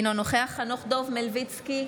אינו נוכח חנוך דב מלביצקי,